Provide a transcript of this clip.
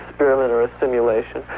experiment or a simulation